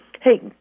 hey